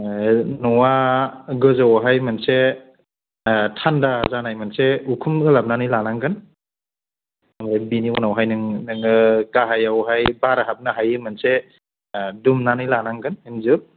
न'आ गोजौयावहाय मोनसे थान्दा जानाय मोनसे उखुम ओलाबनानै लानांगोन बिनि उनावहाय नोङो गाहाययावहाय बार हाबनो हायि मोनसे दुमनानैै लानांगोन इनजुर